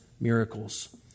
miracles